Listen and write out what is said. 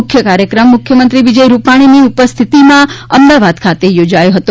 મુંખ્ય કાર્યક્રમ મુખ્યમંત્રી વિજય રૂપાણીની ઉપસ્થિતિમાં અમદાવાદ ખાતે યોજાયો હતો